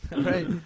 Right